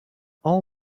all